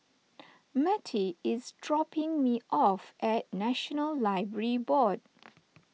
Mattye is dropping me off at National Library Board